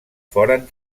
foren